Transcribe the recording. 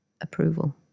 approval